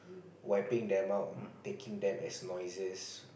wiping them out taking them as noises